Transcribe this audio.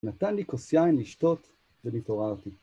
נתן לי כוס יין, לשתות, ונתעוררתי.